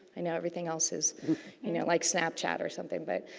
i know everything else is you know like snap chat or something. but,